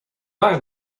buy